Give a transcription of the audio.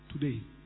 today